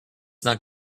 not